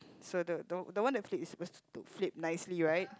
so the the the one that flip is suppose to flip nicely right